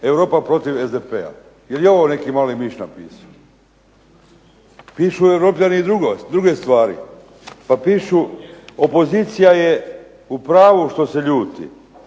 Europa protiv SDP-a. jel i ovo neki mali miš napisao? Pišu europljani i druge stvari. Pa pišu "Opozicija je u pravu što se ljuti"